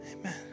Amen